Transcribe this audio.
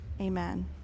amen